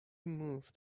moved